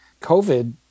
COVID